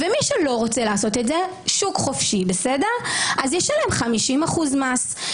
ומי שלא רוצה לעשות את זה שוק חופשי אז ישלם 50% מס.